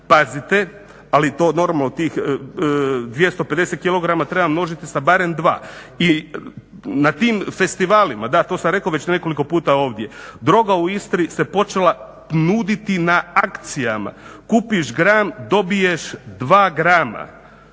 pazite, ali to normalno od tih 250 kg treba množiti sa barem 2 i na tim festivalima, da to sam rekao već nekoliko puta ovdje droga u Istri se počela nuditi na akcijama. Kupiš gram dobiješ dva grama.